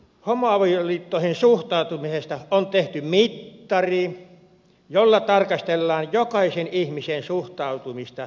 homoavioliittoihin suhtautumisesta on tehty mittari jolla tarkastellaan jokaisen ihmisen suhtautumista ihmisoikeuksiin